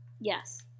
Yes